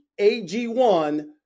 ag1